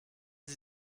sie